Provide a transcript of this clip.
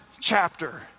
chapter